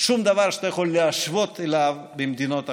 שום דבר שאתה יכול להשוות אליו למדינות אחרות.